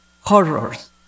Horrors